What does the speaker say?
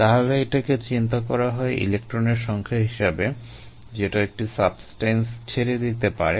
তাহলে এটাকে চিন্তা করা হয় ইলেক্ট্রনের সংখ্যা হিসেবে যেটা একটি সাবস্টেন্স ছেড়ে দিতে পারে